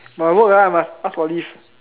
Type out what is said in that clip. but I work ah I must ask for leave